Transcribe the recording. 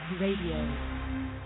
Radio